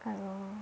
!aiyo!